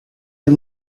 had